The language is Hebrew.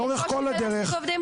לאורך כל הדרך,